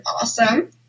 awesome